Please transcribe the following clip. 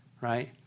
right